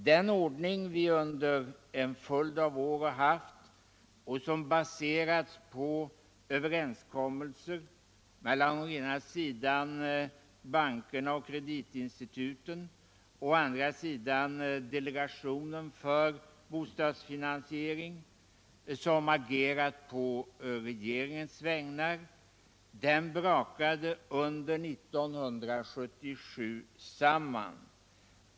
Den ordning vi under en följd av år haft och som baserats på överenskommelser mellan å ena sidan bankerna och kreditinstituten och å andra sidan delegationen för bostadsfinansiering, som agerat på regeringens vägnar, brakade under 1977 samman.